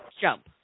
jump